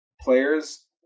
players